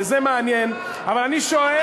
זה מעניין, מה אתה מוטרד?